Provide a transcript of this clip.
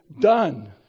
done